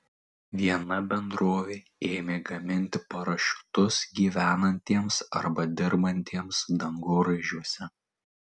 viena bendrovė ėmė gaminti parašiutus gyvenantiems arba dirbantiems dangoraižiuose